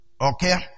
Okay